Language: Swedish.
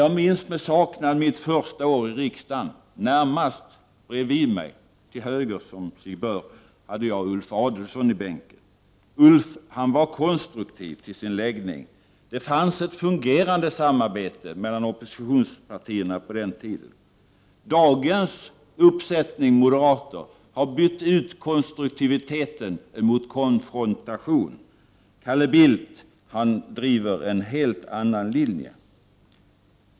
Jag minns med saknad mitt första år i riksdagen. Närmast bredvid mig i bänken, till höger som sig bör, hade jag Ulf Adelsohn. Ulf var konstruktiv till sin läggning. Det fanns ett fungerande samarbete mellan oppositionspartierna på den tiden. Dagens uppsättning moderater har bytt ut den konstruktiva läggningen mot konfrontation. Calle Bildt driver en helt annan linje.